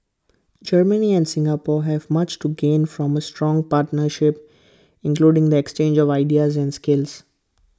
Germany and Singapore have much to gain from A strong partnership including the exchange of ideas and skills